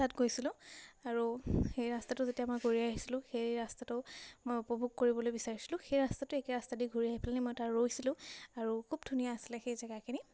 তাত গৈছিলোঁ আৰু সেই ৰাস্তাটো যেতিয়া মই ঘূৰি আহিছিলোঁ সেই ৰাস্তাটো মই উপভোগ কৰিবলৈ বিচাৰিছিলোঁ সেই ৰাস্তাটো একে ৰাস্তা দি ঘূৰি আহি পেলাহেনি মই তাৰ ৰৈছিলোঁ আৰু খুব ধুনীয়া আছিলে সেই জেগাখিনি